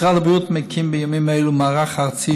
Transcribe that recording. משרד הבריאות מקים בימים אלה מערך ארצי